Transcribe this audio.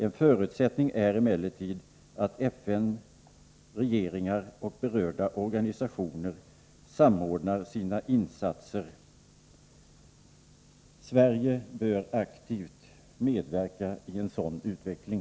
En förutsättning är emellertid att FN, regeringar och berörda organisationer samordnar sina insatser. Sverige bör aktivt medverka till en sådan utveckling.